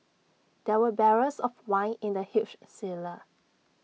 there were barrels of wine in the huge cellar